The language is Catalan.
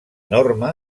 norma